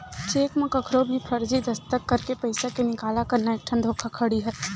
cheque म कखरो भी फरजी दस्कत करके पइसा के निकाला करना एकठन धोखाघड़ी हरय